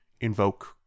invoke